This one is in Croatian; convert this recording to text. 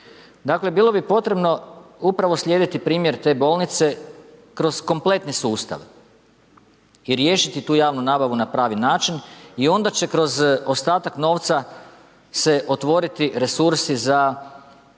Dakle, bilo bi potrebno upravo slijediti primjer te bolnice, kroz kompletni sustav i riješiti tu javnu nabavu na pravi način i onda će kroz ostatak novca se otvoriti resursi za veće